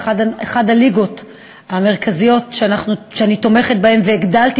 אחת הליגות המרכזיות שאני תומכת בה והגדלתי